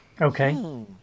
Okay